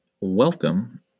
welcome